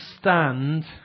stand